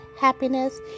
happiness